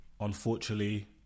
Unfortunately